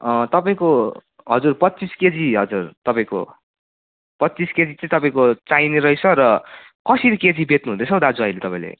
तपाईँको हजुर पच्चिस केजी हजुर तपाईँको पच्चिस केजी चाहिँ तपाईँको चाहिने रहेछ र कसरी केजी बेच्नु हुँदैछ हो दाजु अहिले तपाईँले